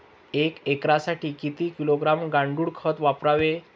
एक एकरसाठी किती किलोग्रॅम गांडूळ खत वापरावे?